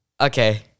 Okay